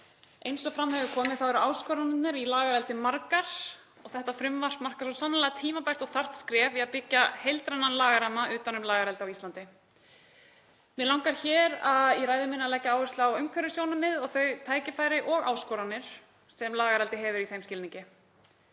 Eins og fram hefur komið eru áskoranirnar í lagareldi margar. Þetta frumvarp markar svo sannarlega tímabært og þarft skref í að byggja heildrænan lagaramma utan um lagareldi á Íslandi. Mig langar hér í ræðu minni að leggja áherslu á umhverfissjónarmið og þau tækifæri og áskoranir sem lagareldi hefur í þeim skilningi.